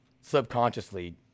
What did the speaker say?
Subconsciously